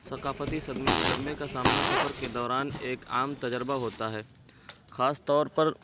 ثقافتی صدمے کا سامنا سفر کے دوران ایک عام تجربہ ہوتا ہے خاص طور پر